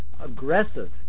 aggressive